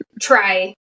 try